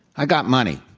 i got money.